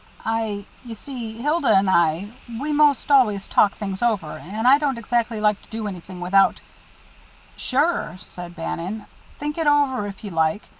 i you see, hilda and i, we most always talk things over, and i don't exactly like to do anything without sure, said bannon think it over if you like.